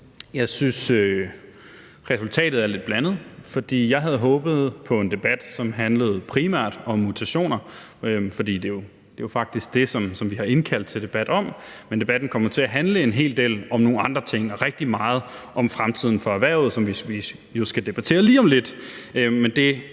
jeg synes, at resultatet er lidt blandet, for jeg havde håbet på en debat, som primært handlede om mutationer, fordi det jo faktisk er det, som vi har indkaldt til en debat om. Men debatten kom jo til at handle en hel del om nogle andre ting og rigtig meget om fremtiden for erhvervet, som vi jo skal debattere lige om lidt,